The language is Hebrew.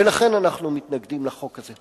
ולכן אנחנו מתנגדים לחוק הזה.